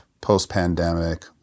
post-pandemic